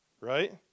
right